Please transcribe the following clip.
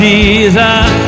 Jesus